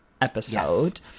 episode